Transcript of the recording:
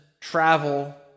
travel